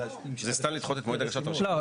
לא,